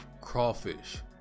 crawfish